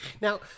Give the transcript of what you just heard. Now